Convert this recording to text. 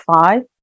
five